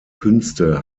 künste